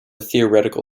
theoretical